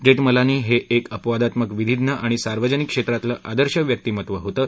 जेठमलानी हे एक अपवादात्मक विधीज्ञ आणि सार्वजनिक क्षेत्रातलं आदर्श व्यक्तीमत्त्व होतं